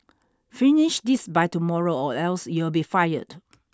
finish this by tomorrow or else you'll be fired